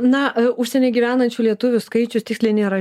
na a užsieny gyvenančių lietuvių skaičius tiksliai nėra